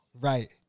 Right